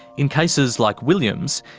in cases like william's,